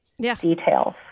details